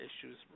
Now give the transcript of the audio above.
issues